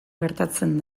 gertatzen